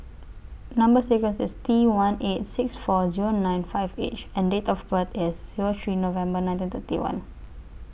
Number sequence IS T one eight six four Zero nine five H and Date of birth IS Zero three November nineteen thirty one